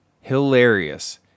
hilarious